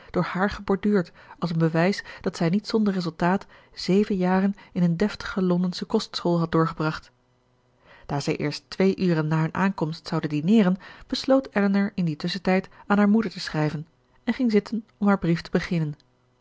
door haar geborduurd als een bewijs dat zij niet zonder resultaat zeven jaren in een deftige londensche kostschool had doorgebracht daar zij eerst twee uren na hun aankomst zouden dineeren besloot elinor in dien tusschentijd aan haar moeder te schrijven en ging zitten om haar brief te beginnen